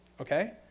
okay